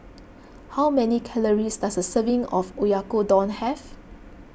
how many calories does a serving of Oyakodon have